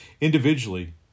Individually